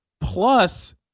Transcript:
Plus